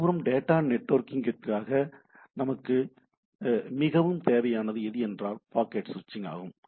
மறுபுறம் டேட்டா நெட்வொர்க்கிற்காக நமக்கு மிகவும் தேவையானது எது என்றால் பாக்கெட் சுவிட்சிங் ஆகும்